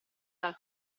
dal